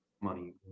money